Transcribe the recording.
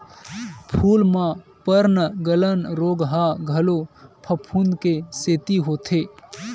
फूल म पर्नगलन रोग ह घलो फफूंद के सेती होथे